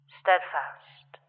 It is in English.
steadfast